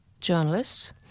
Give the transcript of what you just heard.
journalists